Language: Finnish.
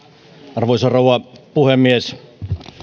arvoisa rouva puhemies